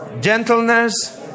gentleness